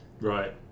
Right